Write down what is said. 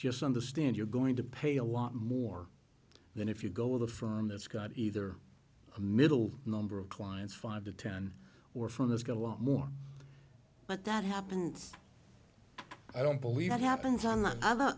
just understand you're going to pay a lot more than if you go with a from that's got either a middle number of clients five to ten or from has got a lot more but that happens i don't believe that happens on the other